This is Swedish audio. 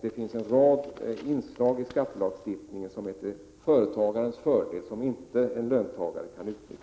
Det finns en rad inslag i skattelagstiftningen som är till företagarens fördel och som en löntagare inte kan utnyttja.